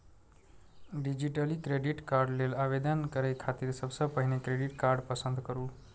digitally credit card लेल आवेदन करै खातिर सबसं पहिने क्रेडिट कार्ड पसंद करू